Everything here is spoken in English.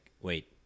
wait